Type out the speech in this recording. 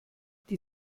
die